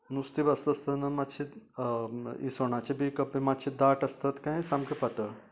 नुस्तें भाजता असतना मातशे इसवणाचे बी कोपे मातशे दाट आसतात काय सामके पातळ